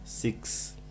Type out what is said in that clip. Six